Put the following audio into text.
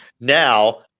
Now